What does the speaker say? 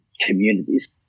communities